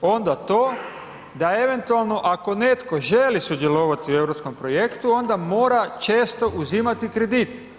onda to da eventualno ako netko želi sudjelovati u Europskom projektu onda mora često uzimati kredit.